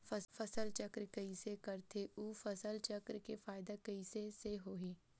फसल चक्र कइसे करथे उ फसल चक्र के फ़ायदा कइसे से होही?